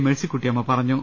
മേഴ്സിക്കുട്ടിയമ്മ പറഞ്ഞു